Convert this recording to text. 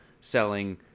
selling